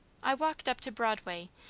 i walked up to broadway,